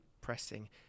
pressing